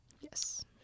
Yes